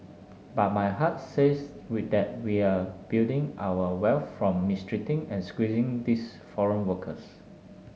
but my heart says we that we're building our wealth from mistreating and squeezing these foreign workers